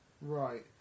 right